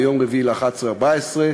ביום 4 בנובמבר 2014,